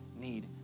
need